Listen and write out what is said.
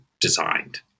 designed